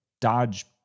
Dodge